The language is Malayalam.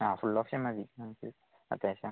ആ ഫുള് ഓപ്ഷന് മതി നമുക്ക് അത്യാവശ്യം